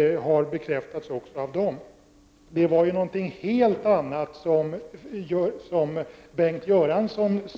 Bengt Göransson sade något helt annat